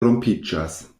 rompiĝas